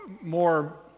more